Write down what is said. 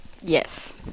Yes